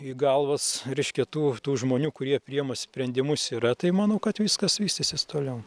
į galvas reiškia tų tų žmonių kurie priėma sprendimus yra tai manau kad viskas vystysis toliau